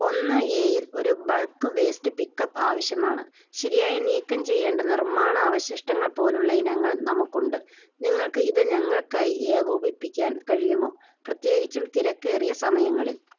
ഒന്ന് എയിൽ ഒരു ബൾക്ക് വേസ്റ്റ് പിക്കപ് ആവശ്യമാണ് ശരിയായി നീക്കംചെയ്യേണ്ട നിർമ്മാണ അവശിഷ്ടങ്ങൾ പോലുള്ള ഇനങ്ങൾ നമുക്കുണ്ട് നിങ്ങള്ക്ക് ഇത് ഞങ്ങൾക്കായി ഏകോപിപ്പിക്കാൻ കഴിയുമോ പ്രത്യേകിച്ചും തിരക്കേറിയ സമയങ്ങളിൽ